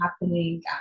happening